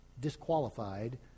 disqualified